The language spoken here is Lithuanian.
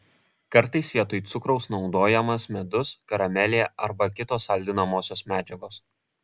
kartais vietoj cukraus naudojamas medus karamelė arba kitos saldinamosios medžiagos